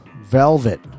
Velvet